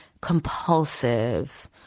compulsive